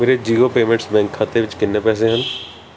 ਮੇਰੇ Jio payments bank ਖਾਤੇ ਵਿੱਚ ਕਿੰਨੇ ਪੈਸੇ ਹਨ